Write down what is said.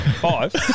Five